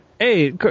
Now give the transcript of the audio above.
Hey